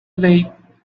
dave